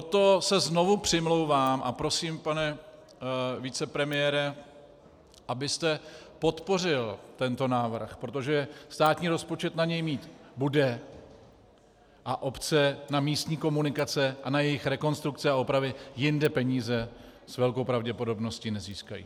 Proto se znovu přimlouvám a prosím, pane vicepremiére, abyste podpořil tento návrh, protože státní rozpočet na něj mít bude a obce na místní komunikace a na jejich rekonstrukce a opravy jinde peníze s velkou pravděpodobností nezískají.